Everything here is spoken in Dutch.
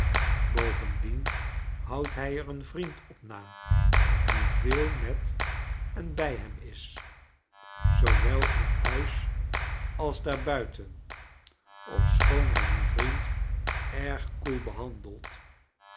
bovendien houdt hij er een vriend op na die veel met en bij hem is z oo wel in huis als daar buiten ofschoon hij dien vriend erg koel behandelt